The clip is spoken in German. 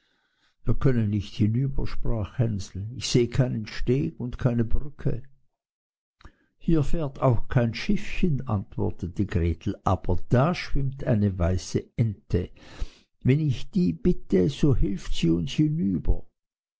wir können nicht hinüber sprach hänsel ich seh keinen steg und keine brücke hier fährt auch kein schiffchen antwortete gretel aber da schwimmt eine weiße ente wenn ich die bitte so hilft sie uns hinüber